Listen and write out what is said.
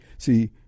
See